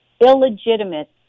illegitimate